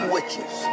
Witches